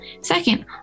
Second